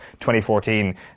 2014